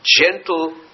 gentle